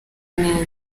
neza